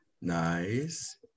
Nice